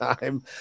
time